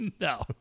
No